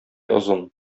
озын